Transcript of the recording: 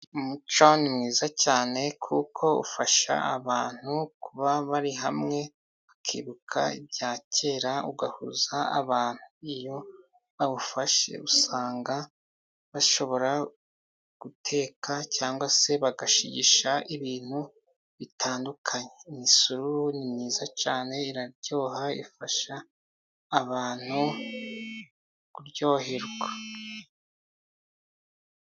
Umuco ni mwiza cyane kuko ufasha abantu kuba bari hamwe, bakibuka ibya kera, ugahuza abantu, iyo bawufashe usanga bashobora guteka cyangwa se bagashigisha ibintu bitandukanye. Imisururu ni myiza cyane, iraryoha, ifasha abantu kuryoherwa.